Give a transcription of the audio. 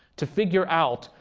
to figure out,